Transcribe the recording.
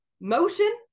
motion